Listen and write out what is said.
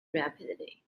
rapidly